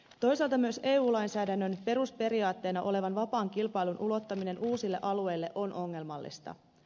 toisaalta myös eu lainsäädännön perusperiaatteena olevan vapaan kilpailun ulottaminen uusille alueille on ongelmallista